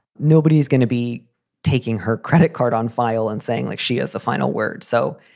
nobody's gonna be taking her credit card on file and saying like she is the final word. so,